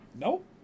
Nope